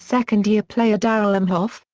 second-year player darrall imhoff,